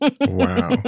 Wow